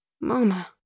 Mama